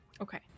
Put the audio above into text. okay